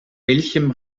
welchem